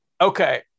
Okay